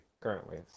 currently